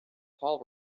paul